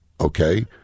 Okay